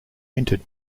minted